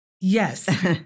Yes